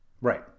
Right